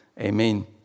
Amen